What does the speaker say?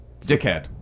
Dickhead